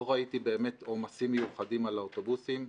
לא ראיתי באמת עומסים מיוחדים על האוטובוסים,